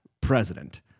president